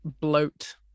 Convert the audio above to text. bloat